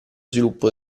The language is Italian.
sviluppo